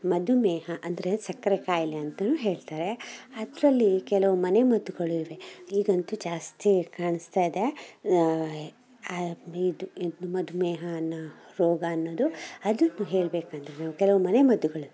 ಮಧುಮೇಹ ಅಂದರೆ ಸಕ್ಕರೆ ಕಾಯಿಲೆ ಅಂತನೂ ಹೇಳ್ತಾರೆ ಅದರಲ್ಲಿ ಕೆಲವು ಮನೆಮದ್ದುಗಳಿವೆ ಈಗಂತೂ ಜಾಸ್ತಿ ಕಾಣಿಸ್ತಾ ಇದೆ ಆ ಇದು ಇದು ಮಧುಮೇಹ ಅನ್ನೋ ರೋಗ ಅನ್ನೋದು ಅದಕ್ಕೆ ಹೇಳ್ಬೇಕಂದರೆ ನಾವು ಕೆಲವು ಮನೆಮದ್ದುಗಳಿವೆ